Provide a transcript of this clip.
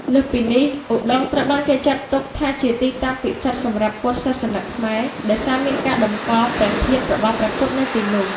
លើសពីនេះ ឧដុង្គត្រូវបានគេចាត់ទុកថាជាទីតាំងពិសិដ្ឋសម្រាប់ពុទ្ធសាសនិកខ្មែរ ដោយសារមានការតម្កល់ព្រះធាតុរបស់ព្រះពុទ្ធនៅទីនោះ។